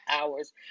hours